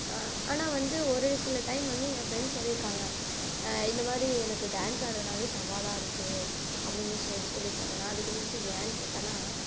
ஆனால் வந்து ஒரு சில டைம் வந்து என் ஃப்ரெண்ட்ஸ் சொல்லியிருக்காங்க இந்த மாதிரி எனக்கு டான்ஸ் ஆடுகிறதுனாவே சவாலாக இருக்குது அப்படின்னு சொல் சொல்லிருக்காங்க நான் வந்துட்டு ஏன்னு கேட்டனா